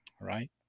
Right